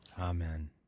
Amen